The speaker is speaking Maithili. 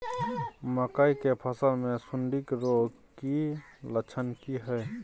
मकई के फसल मे सुंडी रोग के लक्षण की हय?